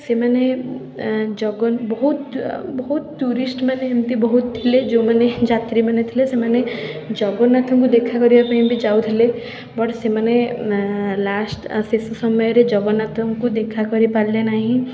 ସେମାନେ ଏଁ ଜଗନ ବହୁତ ବହୁତ ଟୁରିଷ୍ଟମାନେ ଏମତି ବହୁତ ଥିଲେ ଯେଉଁମାନେ ଯାତ୍ରୀମାନେ ଥିଲେ ସେମାନେ ଜଗନ୍ନାଥଙ୍କୁ ଦେଖା କରିବାପାଇଁ ବି ଯାଉଥିଲେ ବଟ୍ ସେମାନେ ଏଁ ଲାଷ୍ଟ୍ ଶେଷ ସମୟରେ ଜଗନ୍ନାଥଙ୍କୁ ଦେଖା କରିପାରିଲେ ନାହିଁ